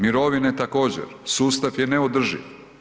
Mirovine također, sustav je neodrživ.